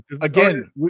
Again